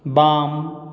बाम